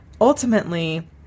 Ultimately